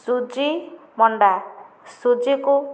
ସୁଜି ମଣ୍ଡା ସୁଜିକୁ